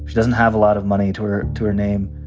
doesn't have a lot of money to her to her name.